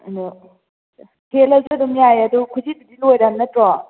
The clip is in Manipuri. ꯑꯗꯣ ꯀꯦꯂꯁꯨ ꯑꯗꯨꯝ ꯌꯥꯏ ꯑꯗꯨ ꯈꯨꯖꯤꯗꯨꯗꯤ ꯂꯣꯏꯔꯝ ꯅꯠꯇ꯭ꯔꯣ